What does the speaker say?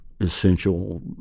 essential